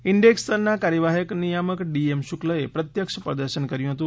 index સ્તરના કાર્યવાહક નિયામક ડી એમ શુક્લએ પ્રત્યક્ષ પ્રદર્શન કર્યું હતું